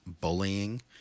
bullying